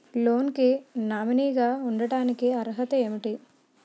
Loan కి nominee గా ఉండటానికి అర్హత ఏమిటి?